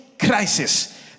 crisis